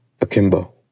Akimbo